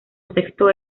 sexto